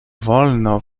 wolno